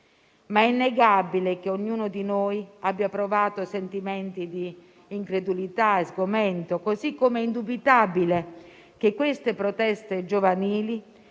È innegabile che ognuno di noi abbia provato sentimenti di incredulità e sgomento, così come è indubitabile che queste proteste giovanili